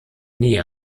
nie